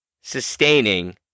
sustaining